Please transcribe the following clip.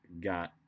got